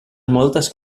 moltes